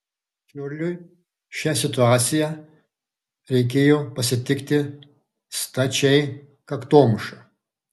čarliui šią situaciją reikėjo pasitikti stačiai kaktomuša